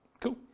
Cool